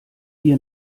ihr